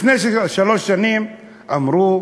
לפני שלוש שנים אמרו: